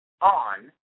on